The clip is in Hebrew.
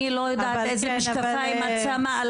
אני לא יודעת איזה משקפיים את שמה על